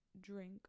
drink